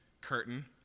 curtain